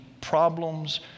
problems